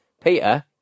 Peter